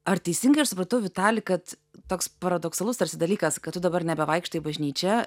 ar teisingai aš supratau vitali kad toks paradoksalus tarsi dalykas kad tu dabar nebevaikštai į bažnyčią